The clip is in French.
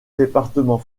département